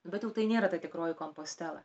bet jau tai nėra ta tikroji kompostela